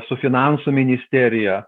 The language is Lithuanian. su finansų ministerija